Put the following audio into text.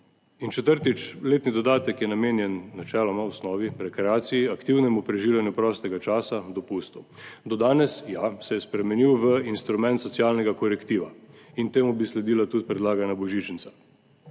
četrtič, letni dodatek je načeloma namenjen v osnovi rekreaciji, aktivnemu preživljanju prostega časa, dopustu. Do danes se je spremenil v instrument socialnega korektiva in temu bi sledila tudi predlagana božičnica.